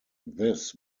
this